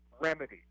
Remedy